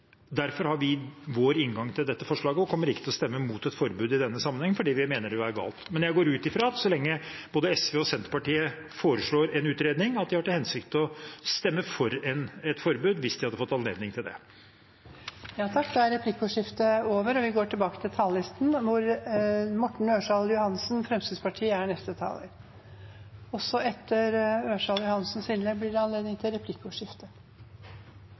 Derfor har vi vår inngang til dette forslaget, og vi kommer ikke til å stemme imot et forbud i denne sammenheng, fordi vi mener det vil være galt. Men jeg går ut fra at så lenge både SV og Senterpartiet foreslår en utredning, har de til hensikt å stemme for et forbud hvis de hadde fått anledning til det. Replikkordskiftet er over. I 1905 sendte Knut Hamsun et brev til